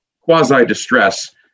quasi-distress